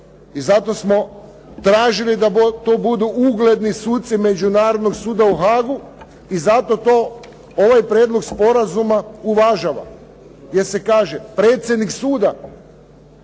I zato smo tražili da to budu ugledni suci Međunarodnog suda u Haagu i zato to ovaj prijedlog sporazuma uvažava gdje se kaže, predsjednik suda